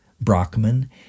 Brockman